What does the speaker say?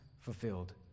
fulfilled